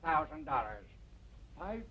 thousand dollars